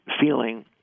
feeling